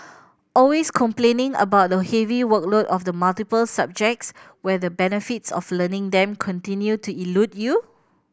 always complaining about the heavy workload of the multiple subjects where the benefits of learning them continue to elude you